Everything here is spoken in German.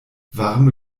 warme